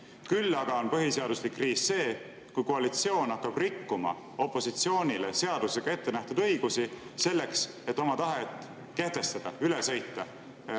Küll aga on põhiseaduslik kriis see, kui koalitsioon hakkab rikkuma opositsioonile seadusega ettenähtud õigusi selleks, et oma tahet kehtestada, üle sõita